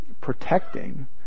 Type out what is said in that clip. protecting